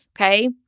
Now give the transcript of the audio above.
okay